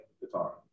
guitar